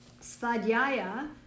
Svadhyaya